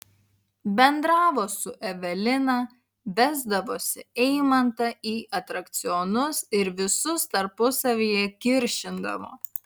bendravo su evelina vesdavosi eimantą į atrakcionus ir visus tarpusavyje kiršindavo